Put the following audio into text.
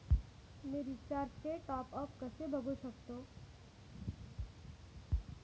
मी रिचार्जचे टॉपअप कसे बघू शकतो?